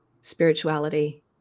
spirituality